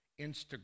Instagram